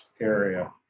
area